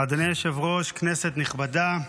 אדוני היושב-ראש, כנסת נכבדה,